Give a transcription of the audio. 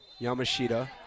Yamashita